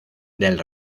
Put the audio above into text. del